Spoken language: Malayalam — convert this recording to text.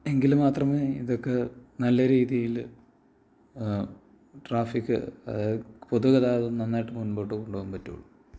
എങ്കിൽ മാത്രമേ ഇതൊക്കെ നല്ല രീതിയിൽ ട്രാഫിക് അതായ പൊതു ഗതാഗതം നന്നായിട്ടു മുൻപോട്ടു കൊണ്ടുപോകാൻ പറ്റുകയുള്ളൂ